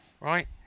right